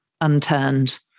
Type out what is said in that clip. unturned